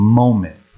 moment